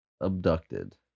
abducted